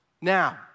Now